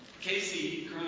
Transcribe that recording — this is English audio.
Casey